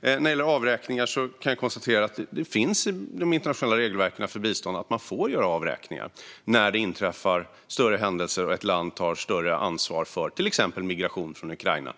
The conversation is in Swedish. När det gäller avräkningar kan jag konstatera att det finns med i de internationella regelverken för bistånd att man får göra avräkningar när det inträffar större händelser och ett land tar större ansvar för till exempel migration från Ukraina.